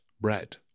bread